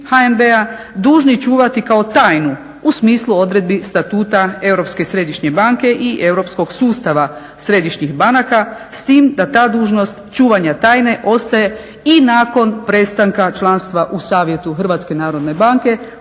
dužni čuvati kao tajnu u smislu odredbi statuta Europske središnje banke i europskog sustava središnjih banaka s tim da ta dužnost čuvanja tajne ostaje i nakon prestanka članstva u savjetu HNB-e odnosno